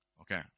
Okay